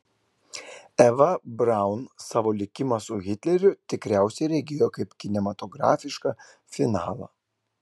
eva braun savo likimą su hitleriu tikriausiai regėjo kaip kinematografišką finalą